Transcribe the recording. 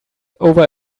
over